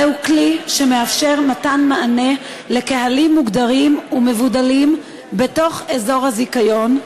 זהו כלי שמאפשר מתן מענה לקהלים מוגדרים ומבודלים בתוך אזור הזיכיון,